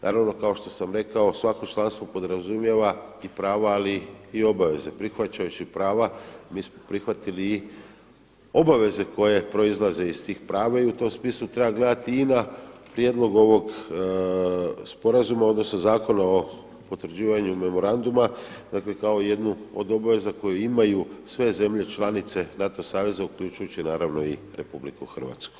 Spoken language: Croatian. Naravno kao što sam rekao svako članstvo podrazumijeva i pravo ali i obaveze prihvačajući prava mi smo prihvatili i obaveze koje proizlaze iz tih prava i u tom smislu treba gledati i na prijedlog ovog sporazuma, odnosno Zakona o potvrđivanju memoranduma dakle kao jednu od obaveza koju imaju sve zemlje članice NATO saveza uključujući naravno i RH.